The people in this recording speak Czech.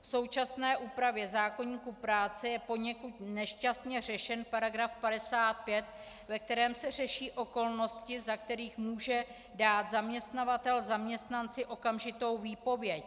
V současné úpravě zákoníku práce je poněkud nešťastně řešen § 55, ve kterém se řeší okolnosti, za kterých může dát zaměstnavatel zaměstnanci okamžitou výpověď.